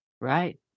Right